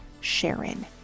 Sharon